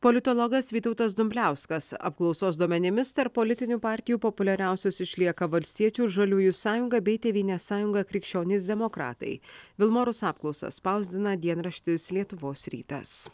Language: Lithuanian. politologas vytautas dumbliauskas apklausos duomenimis tarp politinių partijų populiariausios išlieka valstiečių žaliųjų sąjunga bei tėvynės sąjunga krikščionys demokratai vilmorus apklausą spausdina dienraštis lietuvos rytas